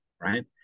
right